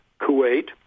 Kuwait